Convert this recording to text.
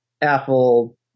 Apple